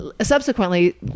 subsequently